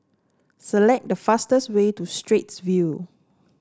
select the fastest way to Straits View